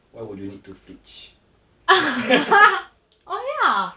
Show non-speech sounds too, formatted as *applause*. why would you need two fridge *laughs*